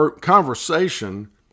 conversation